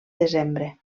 desembre